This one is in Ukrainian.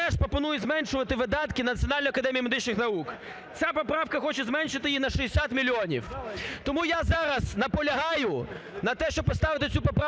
теж пропонує зменшувати видатки на Національну академію медичних наук, ця поправка хоче зменшити її на 60 мільйонів. Тому я зараз наполягаю на те, щоб поставити цю поправку